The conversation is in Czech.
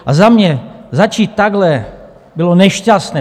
A za mě, začít takhle bylo nešťastné.